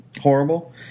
horrible